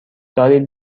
دارید